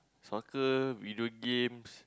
soccer video games